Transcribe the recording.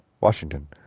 Washington